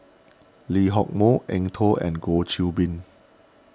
Lee Hock Moh Eng Tow and Goh Qiu Bin